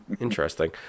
interesting